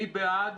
מי בעד?